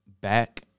back